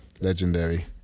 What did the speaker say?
Legendary